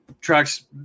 trucks